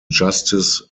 justice